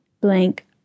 blank